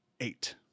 eight